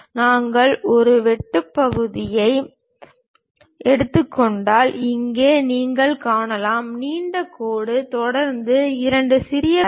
நாங்கள் ஒரு வெட்டு பகுதியை எடுத்துக்கொண்டால் இங்கே நீங்கள் காணலாம் நீண்ட கோடு தொடர்ந்து இரண்டு சிறிய கோடுகள் மற்றும் பல